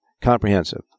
Comprehensive